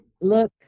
look